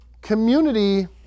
Community